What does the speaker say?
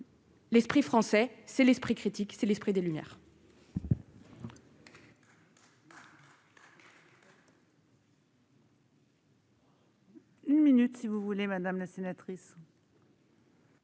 L'esprit français, c'est l'esprit critique, c'est l'esprit des Lumières.